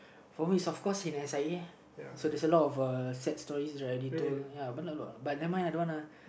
for me it's of course in S_I_Auhso there's a lot of uh sad stories but not a lot but nevermind uh don't want uh